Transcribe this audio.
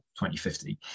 2050